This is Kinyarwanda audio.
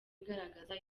igaragaza